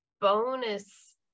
bonus